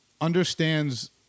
understands